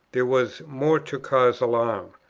there was more to cause alarm.